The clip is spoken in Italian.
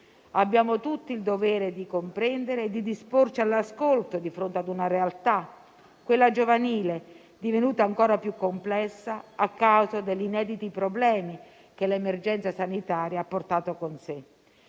Abbiamo tutti il dovere di comprendere e di disporci all'ascolto di fronte a una realtà, quella giovanile, divenuta ancora più complessa a causa degli inediti problemi che l'emergenza sanitaria ha portato con sé.